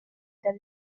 dar